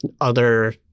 other-